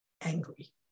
angry